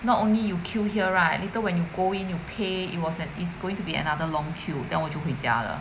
not only you queue here right later when you go in you pay it was an it's going to be another long queue then 我就回家了